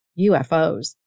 UFOs